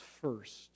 first